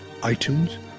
iTunes